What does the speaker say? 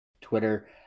Twitter